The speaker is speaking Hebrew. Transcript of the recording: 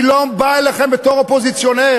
אני לא בא אליכם בתור אופוזיציונר.